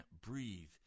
breathe